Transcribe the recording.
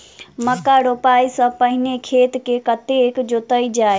मक्का रोपाइ सँ पहिने खेत केँ कतेक जोतल जाए?